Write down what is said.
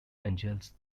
angels